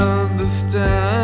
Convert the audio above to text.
understand